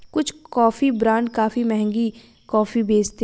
कुछ coffee brand काफी महंगी कॉफी बेचते हैं